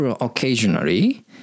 occasionally